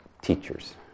teachers